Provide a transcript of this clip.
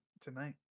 tonight